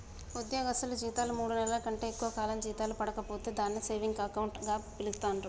ఉద్యోగస్తులు జీతాలు మూడు నెలల కంటే ఎక్కువ కాలం జీతాలు పడక పోతే దాన్ని సేవింగ్ అకౌంట్ గా పిలుస్తాండ్రు